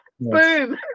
Boom